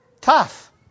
Tough